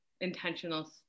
intentional